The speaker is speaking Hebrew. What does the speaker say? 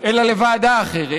אלא לוועדה אחרת,